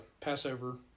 Passover